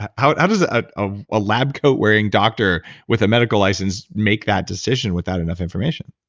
how does ah ah a lab coat-wearing doctor, with a medical license make that decision without enough information?